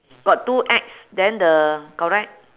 got two X then the correct